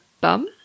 bum